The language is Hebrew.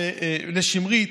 לשמרית,